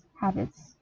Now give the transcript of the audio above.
habits